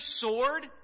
Sword